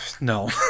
no